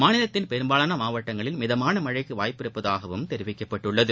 மாநிலத்தின் பெரும்பாலான மாவட்டங்களில் மிதமாக மழைக்கு வாய்ப்பு இருப்பதாகவும் தெரிவிக்கப்பட்டுள்ளது